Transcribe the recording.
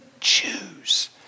choose